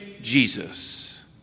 Jesus